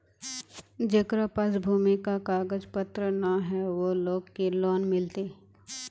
जेकरा पास भूमि का कागज पत्र न है वो लोग के लोन मिलते?